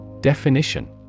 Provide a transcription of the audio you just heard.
Definition